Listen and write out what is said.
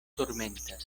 turmentas